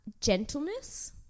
Gentleness